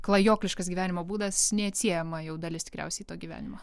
klajokliškas gyvenimo būdas neatsiejama jau dalis tikriausiai to gyvenimo